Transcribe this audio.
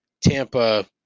Tampa